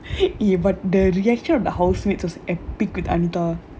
eh but the reaction of the housemates was epic with anita